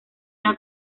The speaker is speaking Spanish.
una